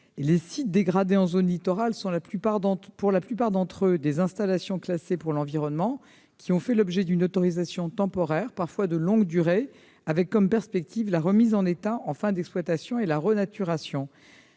Les sites dégradés en zone littorale sont, pour la plupart d'entre eux, des installations classées pour l'environnement ayant fait l'objet d'une autorisation temporaire, parfois de longue durée, avec comme perspective la remise en état en fin d'exploitation et la renaturation.